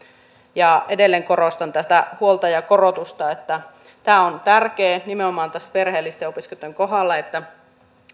ja edelleen korostan tätä huoltajakorotusta tämä on tärkeä nimenomaan perheellisten opiskelijoitten kohdalla että